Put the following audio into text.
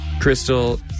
Crystal